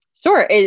Sure